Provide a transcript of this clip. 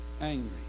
angry